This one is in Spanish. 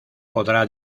podrá